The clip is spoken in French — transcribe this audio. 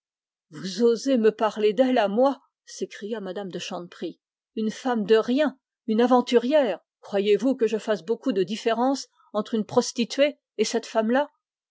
vous osez me parler d'elle à moi s'écria me m de chanteprie une femme de rien une aventurière croyez-vous que je fasse beaucoup de différence entre une prostituée et cette femme-là